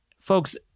Folks